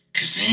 Cause